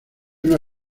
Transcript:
una